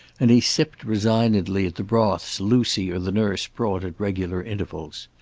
and he sipped resignedly at the broths lucy or the nurse brought at regular intervals.